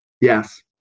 Yes